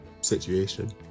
situation